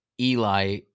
Eli